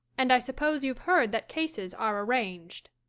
and i suppose you've heard that cases are arranged.